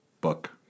book